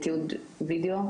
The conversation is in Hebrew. תיעוד וידאו,